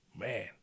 man